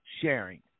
sharing